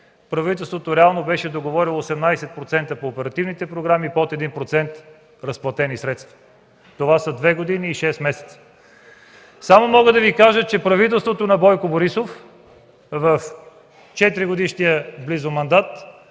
правителството реално беше договорило 18% по оперативните програми, под 1% разплатени средства. Това са две години и шест месеца. Само мога да Ви кажа, че правителството на Бойко Борисов в близо 4-годишния си мандат